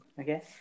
Okay